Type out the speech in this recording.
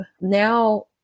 now